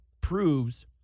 proves